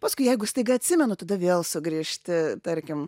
paskui jeigu staiga atsimenu tada vėl sugrįžti tarkim